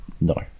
No